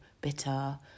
bitter